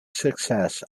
success